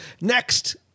next